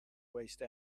waste